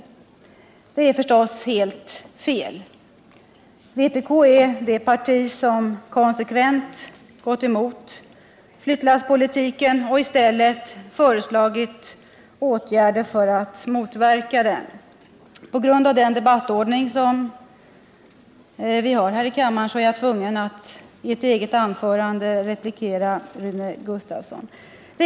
Rune Gustavsson nedlät sig i debatten i förmiddags till att påstå att vänsterpartiet kommunisterna skulle ha bidragit till flyttlasspolitiken. Det är förstås helt fel. Vpk är i stället det parti som konsekvent har gått emot flyttlasspolitiken och föreslagit åtgärder för att motverka den.